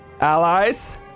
Allies